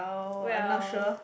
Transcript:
well